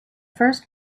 first